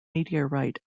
meteorite